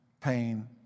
pain